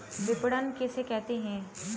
विपणन किसे कहते हैं?